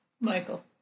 michael